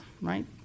right